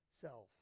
Self